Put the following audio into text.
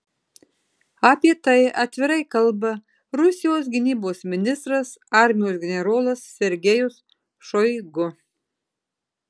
apie tai atvirai kalba rusijos gynybos ministras armijos generolas sergejus šoigu